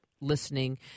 listening